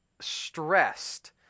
stressed